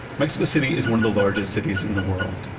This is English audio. mexico city is one of the largest cities in the world.